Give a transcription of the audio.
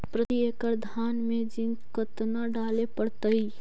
प्रती एकड़ धान मे जिंक कतना डाले पड़ताई?